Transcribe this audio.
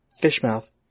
Fishmouth